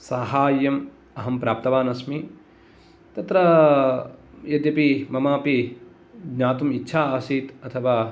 साहाय्यम् अहं प्राप्तवान् अस्मि तत्र यद्यपि ममापि ज्ञातुम् इच्छा आसीत् अथवा